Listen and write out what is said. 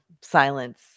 silence